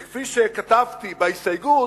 וכפי שכתבתי בהסתייגות,